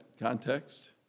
context